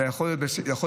זה יכול להיות פריפריה,